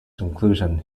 conclusion